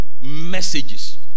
messages